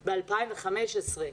ב-2015.